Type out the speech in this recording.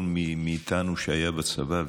כל מי מאיתנו שהיה בצבא,